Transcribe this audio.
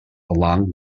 along